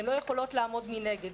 הן לא יכולות לעמוד מנגד,